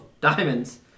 diamonds